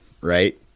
right